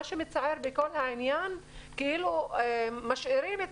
מה שמצער בכל העניין כאילו משאירים את